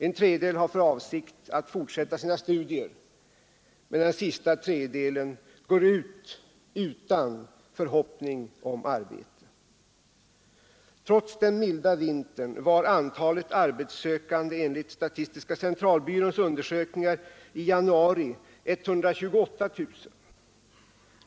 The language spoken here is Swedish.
En tredjedel har för avsikt att fortsätta sina studier medan den sista tredjedelen går ut utan förhoppning om arbete. Trots den milda vintern var antalet arbetssökande enligt statistiska centralbyråns undersökningar i januari 128 000.